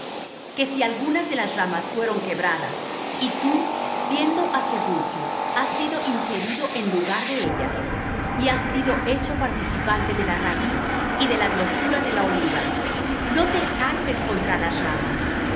que si algunas de las ramas fueron quebradas y tú siendo acebuche has sido ingerido en lugar de ellas y has sido hecho participante de la raíz y de la grosura de la oliva no te jactes contra las ramas